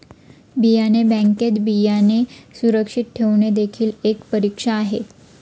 बियाणे बँकेत बियाणे सुरक्षित ठेवणे देखील एक परीक्षा आहे